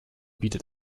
bietet